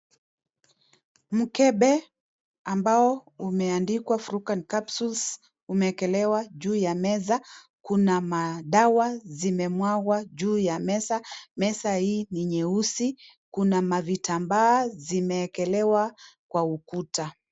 Mkebe ambao umeandikwa Flugon capsules umewekelewa juu ya meza. Kuna madawa zimemwagwa juu ya meza. Meza hii ni nyeusi. Kuna mavitambaa zimewekelewa kwa ukuta.